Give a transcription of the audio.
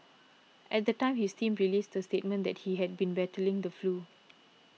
at the time his team released a statement that he had been battling the flu